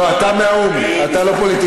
לא, אתה מהאו"ם, אתה לא פוליטיקאי.